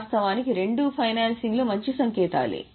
వాస్తవానికి రెండూ ఫైనాన్సింగ్లో మంచి సంకేతాలే